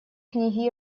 книги